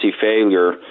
failure